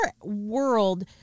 world